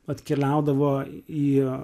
atkeliaudavo į